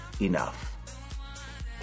enough